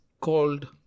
called